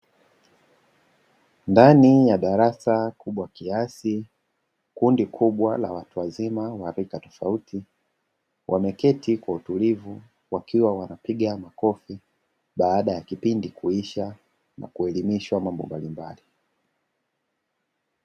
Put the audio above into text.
Ndani ya darasa kubwa kiasi, kundi kubwa la watu wazima wa rika tofauti wameketi kwa utulivu wakiwa wanapiga makofi baada ya kipindi kuisha na kuelimishwa mambo mbalimbali.